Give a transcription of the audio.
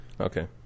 okay